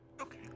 Okay